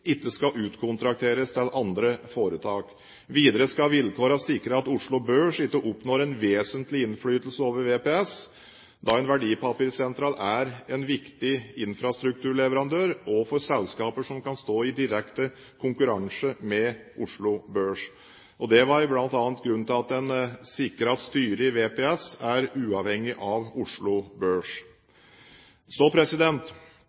ikke skal utkontrakteres til andre foretak. Videre skal vilkårene sikre at Oslo Børs ikke oppnår en vesentlig innflytelse over VPS, da en verdipapirsentral er en viktig infrastrukturleverandør også for selskaper som kan stå i direkte konkurranse med Oslo Børs. Det var bl.a. grunnen til at en sikret at styret i VPS er uavhengig av Oslo Børs.